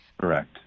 Correct